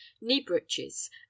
knee-breeches